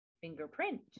fingerprint